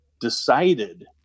decided